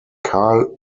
karl